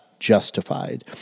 Justified